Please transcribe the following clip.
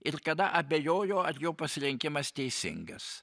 ir kada abejojo ar jo pasirinkimas teisingas